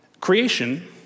Creation